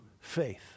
faith